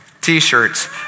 T-shirts